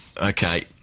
Okay